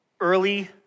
Early